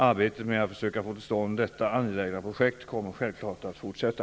Arbetet med att försöka få till stånd detta angelägna projekt kommer självklart att fortsätta.